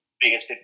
biggest